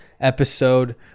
episode